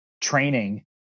training